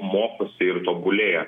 mokosi ir tobulėja